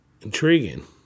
Intriguing